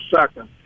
second